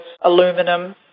aluminum